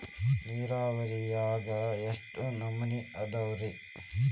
ನೇರಾವರಿಯಾಗ ಎಷ್ಟ ನಮೂನಿ ಅದಾವ್ರೇ?